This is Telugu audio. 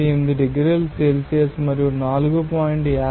098 డిగ్రీల సెల్సియస్ మరియు 4